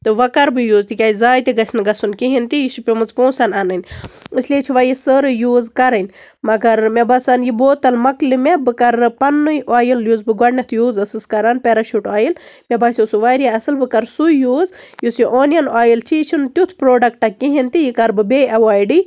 تہٕ وۄنۍ کَرٕ بہٕ یوٗز تِکیازِ زایہِ تہِ گژھہِ نہٕ گژھُن کِہیٖنی تہِ یہِ چھِ پیٚمٕژ پونسَن اَنٕنۍ اس لیے چھِ وۄنۍ یہِ سٲرٕے یوٗز کَرٕنۍ مگر مےٚ باسان یہِ بوتل مَکلہِ مےٚ بہٕ کَرن پَننُے اویِل یُس بہٕ گۄڈٕنٮ۪تھ یوٗز ٲسٕس کران پیراشوٗٹ اویِل مےٚ باسیو سُہ واریاہ اصٕل بہٕ کَرٕ سُے یوٗز یُس یہِ اونیَن اویِل چھِ یہِ چھُنہٕ تیُتھ پروڈکٹہ کِہیٖنۍ تہِ یہِ کَرٕ بہٕ بیٚیہِ ایٚوایڈٕے